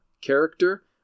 character